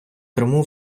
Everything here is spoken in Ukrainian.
криму